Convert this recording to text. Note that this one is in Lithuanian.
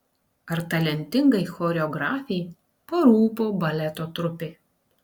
ar talentingai choreografei parūpo baleto trupė